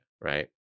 right